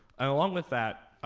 along with that,